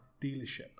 dealership